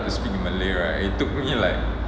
there a took really like